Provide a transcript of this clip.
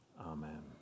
Amen